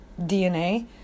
DNA